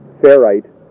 ferrite